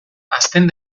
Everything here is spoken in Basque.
hazten